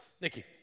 Nikki